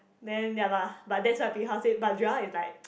then ya lah but that's what bin hao say but Joel is like